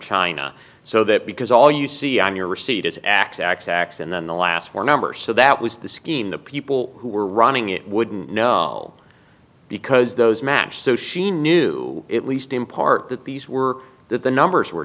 china so that because all you see i'm your receipt is x x x and then the last one number so that was the scheme the people who were running it wouldn't know because those match so she knew it least in part that these were the numbers were